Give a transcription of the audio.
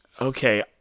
okay